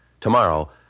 Tomorrow